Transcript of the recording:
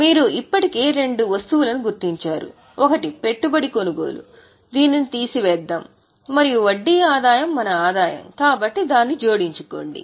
మీరు ఇప్పటికే రెండు వస్తువులను గుర్తించారు ఒకటి పెట్టుబడి కొనుగోలు దీనిని తీసి వేస్తాం మరియు వడ్డీ ఆదాయం మన ఆదాయం కాబట్టి దాన్ని జోడించుకోండి